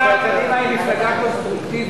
לדיון מוקדם בוועדת הכספים